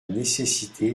nécessité